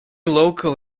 local